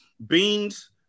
beans